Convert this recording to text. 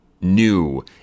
new